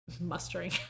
Mustering